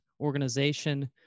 organization